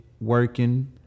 working